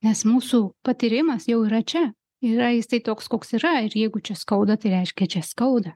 nes mūsų patyrimas jau yra čia yra jisai toks koks yra ir jeigu čia skauda tai reiškia čia skauda